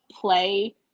play